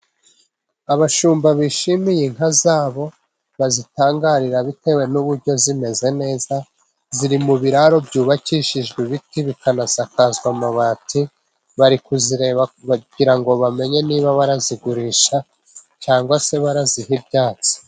Abashumba bishimiye inka za bo bazitangarira, bitewe n'uburyo zimeze neza, ziri mu biraro byubakishijwe ibiti, bikanasakazwa amabati, bari kuzireba kugira ngo bamenye niba bazigurisha, cyangwa se baziha ibyatsi.